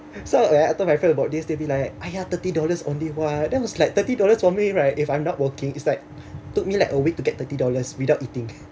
so when I told my friend about this they be like !aiya! thirty dollars only what then it's like thirty dollars for me right if I'm not working is like took me like a week to get thirty dollars without eating